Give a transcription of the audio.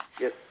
Yes